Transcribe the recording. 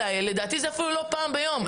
ולדעתי זה אפילו לא פעם ביום,